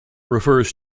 refers